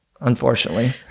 unfortunately